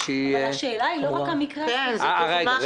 אבל השאלה היא לא רק על המקרה הספציפי הזה אלא לגבי